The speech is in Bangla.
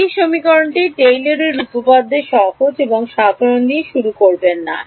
এই সমীকরণটি টেইলরের উপপাদ্যটি সহজ এবং সাধারণ দিয়ে শুরু করবেন না